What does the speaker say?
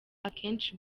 akenshi